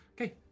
okay